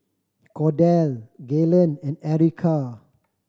Cordell Gaylen and Erica